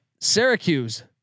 Syracuse